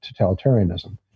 totalitarianism